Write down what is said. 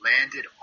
landed